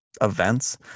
events